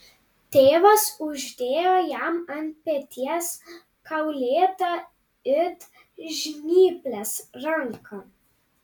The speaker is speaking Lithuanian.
tėvas uždėjo jam ant peties kaulėtą it žnyplės ranką